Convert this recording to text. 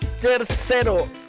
Tercero